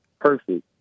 perfect